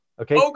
Okay